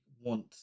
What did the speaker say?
want